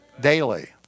daily